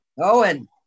Owen